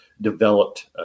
Developed